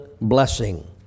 blessing